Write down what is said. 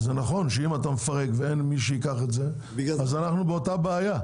זה נכון שאם אתה פורק ואין מי שייקח את זה אז אנחנו באותה בעיה.